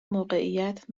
موقعیت